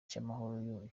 cy’amahoro